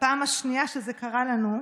בפעם השנייה שזה קרה לנו,